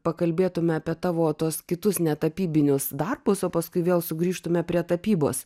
pakalbėtume apie tavo tuos kitus netapybinius darbus o paskui vėl sugrįžtume prie tapybos